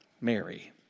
Mary